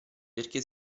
perché